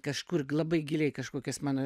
kažkur labai giliai kažkokias mano